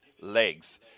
legs